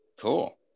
Cool